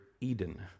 Eden